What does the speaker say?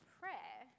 prayer